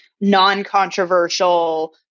non-controversial